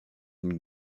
une